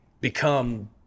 become